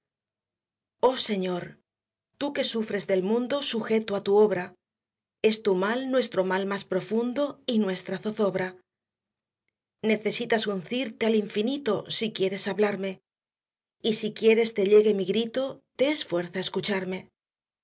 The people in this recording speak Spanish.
oh señor tú que sufres del mundo sujeto á tu obra es tu mal nuestro mal más profundo y nuestra zozobra necesitas uncirte al infinito si quieres hablarme y si quieres te llegue mi grito te es fuerza escucharme